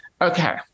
Okay